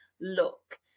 look